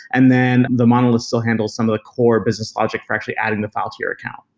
and then the monolith still handles some of the core business logic for actually adding the file to your account.